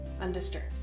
undisturbed